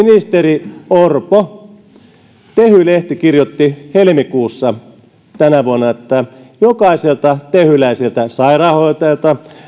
ministeri orpo että tehy lehti kirjoitti helmikuussa tänä vuonna että jokaiselta tehyläiseltä sairaanhoitajalta